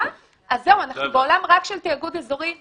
--- אז זהו, אנחנו בעולם רק של תאגוד אזורי.